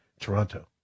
Toronto